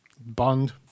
Bond